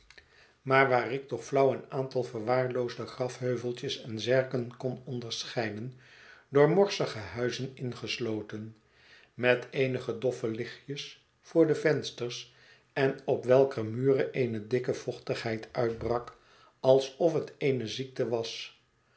maar waar ik toch flauw een aantal verwaarloosde grafheuveltjes en zerken kon onderscheiden door morsige huizen ingesloten met eenige doffe lichtjes voor de vensters en op welker muren eene dikke vochtigheid uitbrak alsof het eene ziekte was